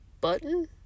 Button